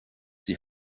die